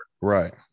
Right